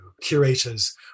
curators